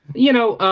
you know, um